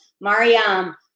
Mariam